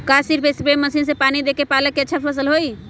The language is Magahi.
का सिर्फ सप्रे मशीन से पानी देके पालक के अच्छा फसल होई?